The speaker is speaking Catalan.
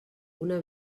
una